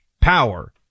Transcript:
power